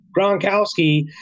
Gronkowski